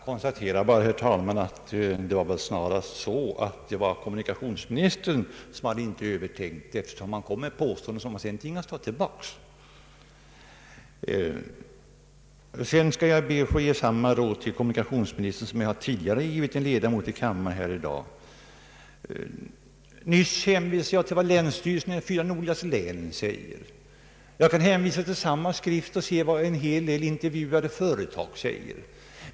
Herr talman! Jag konstaterar bara att det väl snarast var kommunikationsministern som inte hade tänkt över sitt uttalande, eftersom han gjorde ett påstående som han sedan tvingades ta tillbaka. Jag skall be att få ge samma råd till kommunikationsministern som jag tidigare i dag givit en ledamot av kammaren. Nyss hänvisade jag till vad länsstyrelserna för de fyra nordligaste länen uttalat. Jag kan hänvisa statsrådet Norling till samma skrift om vad en hel del intervjuade företag uttalar.